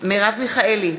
מרב מיכאלי,